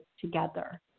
together